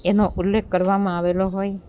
એનો ઉલ્લેખ કરવામાં આવેલો હોય